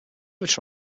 have